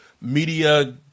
media